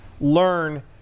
learn